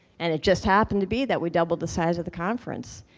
and it just happened to be that we doubled the size of the conference.